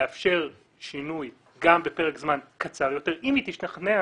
לאפשר שינוי גם בפרק זמן קצר יותר אם היא תשכנע